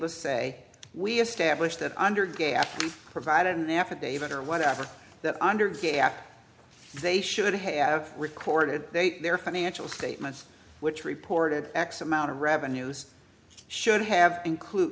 to say we established that under gas provided an affidavit or whatever that under gap they should have recorded their financial statements which reported x amount of revenues should have include